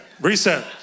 Reset